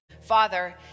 father